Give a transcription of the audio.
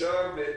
מאושר ואין